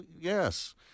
yes